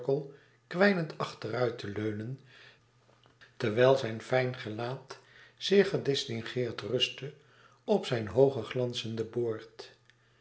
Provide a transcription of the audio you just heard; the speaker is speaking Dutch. kwijnend achteruit te leunen terwijl zijn fijn gelaat zeer gedistingeerd rustte op zijn hoogen glanzenden boord